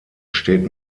steht